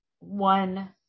one